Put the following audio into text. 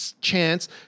chance